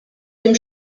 dem